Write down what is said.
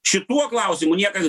šituo klausimu niekas